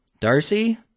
Darcy